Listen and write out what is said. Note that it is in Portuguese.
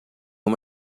uma